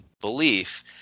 belief